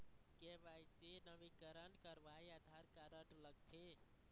KYC नवीनीकरण करवाये Aadhaar card लगथे?